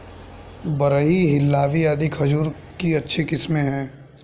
Barhi, Hillawi आदि खजूर की अच्छी किस्मे हैं